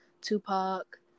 Tupac